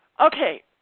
Okay